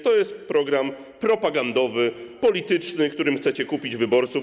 To jest program propagandowy, polityczny, którym chcecie kupić wyborców.